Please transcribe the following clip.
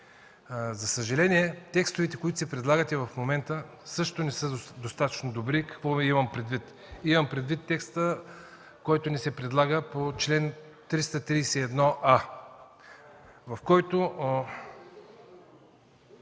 За съжаление, текстовете, които предлагате в момента, също не са достатъчно добри. Какво имам предвид? Имам предвид текста, който ни се предлага по чл. 331а, в който